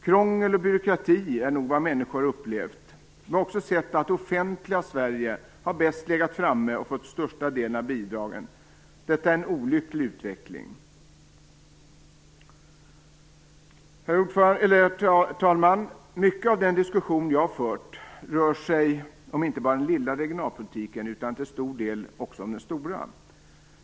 Krångel och byråkrati är nog vad människor har upplevt. Vi har också sett att det offentliga Sverige har legat bäst framme och fått största delen av bidragen. Detta är en olycklig utveckling. Herr talman! Mycket av den diskussion jag har fört rör sig inte bara om den lilla regionalpolitiken utan till stor del också om den stora.